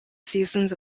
seasons